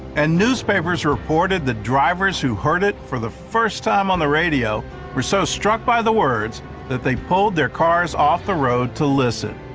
and newspapers reported that drivers who heard it for the first time on the radio were so struck by the words that they pulled their cars off the road to listen.